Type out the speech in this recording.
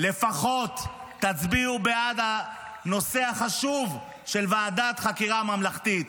לפחות תצביעו בעד הנושא החשוב של ועדת חקירה ממלכתית.